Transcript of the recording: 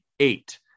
Eight